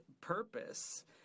purpose